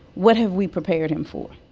what have we prepared him for?